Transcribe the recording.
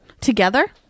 Together